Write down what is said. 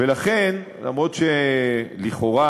ולכן, אף שלכאורה,